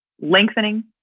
lengthening